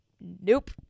nope